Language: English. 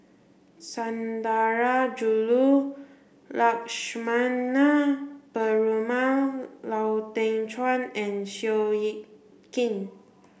Sundarajulu Lakshmana Perumal Lau Teng Chuan and Seow Yit Kin